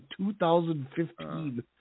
2015